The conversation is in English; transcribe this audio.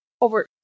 Over